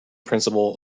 principle